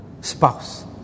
spouse